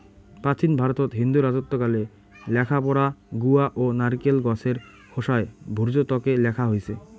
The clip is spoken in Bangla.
প্রাচীন ভারতত হিন্দু রাজত্বকালে লেখাপড়া গুয়া ও নারিকোল গছের খোসার ভূর্জত্বকে লেখা হইচে